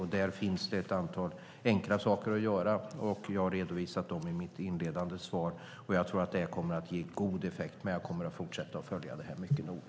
Och där finns ett antal enkla saker att göra, och jag har redovisat dem i mitt inledande svar. Jag tror att de kommer att ge god effekt, men jag kommer att fortsätta följa detta mycket noga.